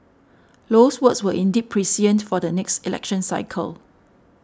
Low's words were indeed prescient for the next election cycle